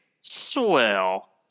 Swell